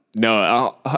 No